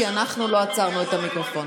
כי אנחנו לא עצרנו את המיקרופון.